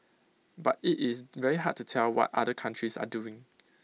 but IT is very hard to tell what other countries are doing